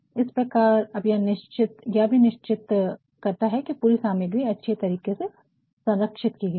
इस प्रकार अब यह भी निश्चित करता है कि पूरी सामग्री अच्छी तरीके से संरक्षित की गई है